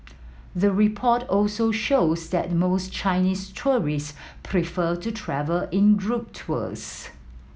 the report also shows that most Chinese tourists prefer to travel in group tours